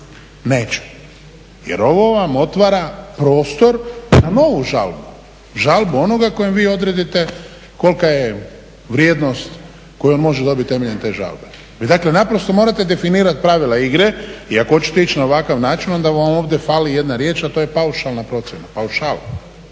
Neće jer ovo vam otvara prostor na novu žalbu, žalbu onoga kojem vi odredite kolika je vrijednost koju može dobiti temeljem te žalbe. Vi dakle, naprosto morate definirati pravila igre i ako hoćete ići na ovakav način onda vam ovdje fali jedna riječ, a to je paušalna procjena,